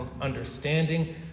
understanding